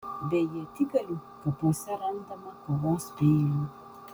be ietigalių kapuose randama kovos peilių